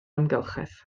amgylchedd